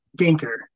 dinker